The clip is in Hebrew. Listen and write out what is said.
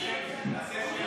תעשו מחדש.